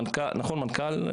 המנכ"ל,